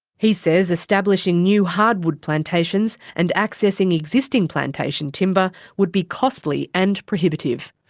he says establishing new hardwood plantations and accessing existing plantation timber would be costly and prohibitive.